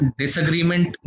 disagreement